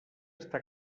està